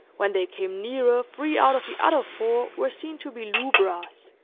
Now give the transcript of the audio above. when they came nearer three out of the other four were seen to be lubras,